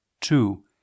two